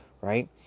right